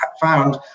found